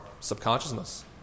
subconsciousness